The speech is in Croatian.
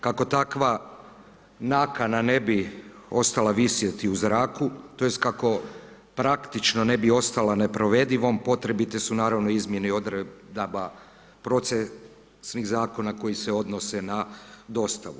Kako takva nakana ne bi ostala visjeti u zraku tj. kako praktično ne bi ostala neprovedivom, potrebite su naravno izmjene odredaba procesnih zakona koji se odnose na dostavu.